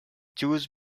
choose